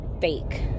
fake